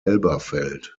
elberfeld